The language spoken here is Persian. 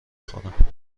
خورم